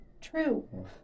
true